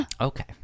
okay